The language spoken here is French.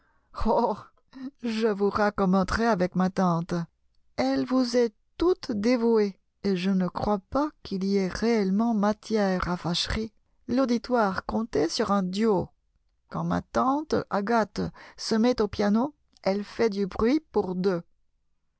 je vous raccommoderai avec ma tante elle vous est toute dévouée et je ne crois pas qu'il y ait réellement matière à fâcherie l'auditoire comptait sur un duo quand ma tante agathe se met au piano elle fait du bruit pour deux